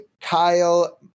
Kyle